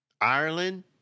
Ireland